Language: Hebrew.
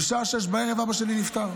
בשעה 18:00 אבא שלי נפטר,